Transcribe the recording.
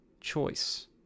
choice